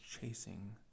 chasing